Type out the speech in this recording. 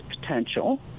potential